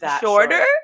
shorter